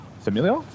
familiar